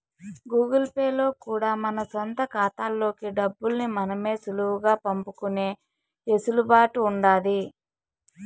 Google Pay లో కూడా మన సొంత కాతాల్లోకి డబ్బుల్ని మనమే సులువుగా పంపుకునే ఎసులుబాటు ఉండాది